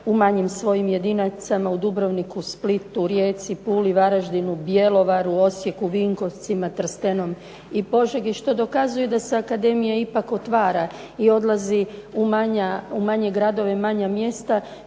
u manjim svojim jedinicama, u Dubrovniku, Splitu, Rijeci, Puli, Varaždinu, Bjelovaru, Osijeku, Vinkovcima, Trstenom i Požegi, što dokazuje da se akademija ipak otvara i odlazi u manje gradove, manja mjesta,